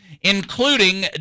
including